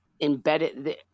embedded –